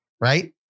right